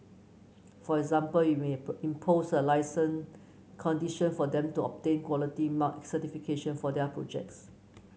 for example you may impose a licence condition for them to obtain Quality Mark certification for their projects